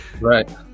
Right